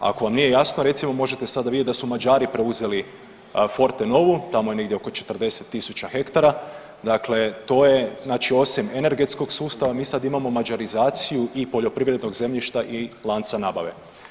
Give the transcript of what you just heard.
Ako vam nije jasno recimo možete sada vidjeti da su Mađari preuzeli Fortenovu, tamo negdje oko 40 tisuća hektara, dakle to je znači osim energetskog sustava mi sad imamo mađarizaciju i poljoprivrednog zemljišta i lanca nabave.